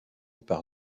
par